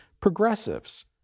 progressives